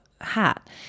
hat